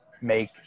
make